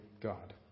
God